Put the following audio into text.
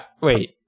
wait